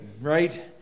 right